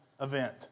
event